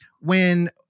when-